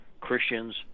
Christians